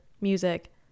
music